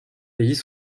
pays